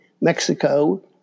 Mexico